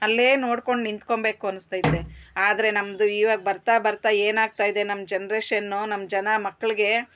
ಅಲ್ಲೇ ನೋಡ್ಕೊಂಡು ನಿಂತ್ಕೊಬೇಕು ಅನಿಸ್ತೈತೆ ಆದರೆ ನಮ್ಮದು ಇವಾಗ ಬರ್ತಾ ಬರ್ತಾ ಏನಾಗ್ತಿದೆ ನಮ್ಮ ಜನ್ರೇಷನ್ನು ನಮ್ಮ ಜನ ಮಕ್ಳಿಗೇ